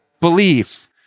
belief